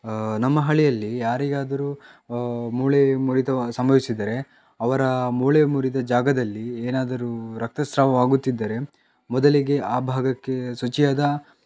ನಮ್ಮ ಹಳ್ಳಿಯಲ್ಲಿ ಯಾರಿಗಾದರೂ ಮೂಳೆ ಮುರಿತ ಸಂಭವಿಸಿದರೆ ಅವರ ಮೂಳೆ ಮುರಿದ ಜಾಗದಲ್ಲಿ ಏನಾದರೂ ರಕ್ತಸ್ರಾವವಾಗುತ್ತಿದ್ದರೆ ಮೊದಲಿಗೆ ಆ ಭಾಗಕ್ಕೆ ಶುಚಿಯಾದ